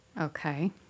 Okay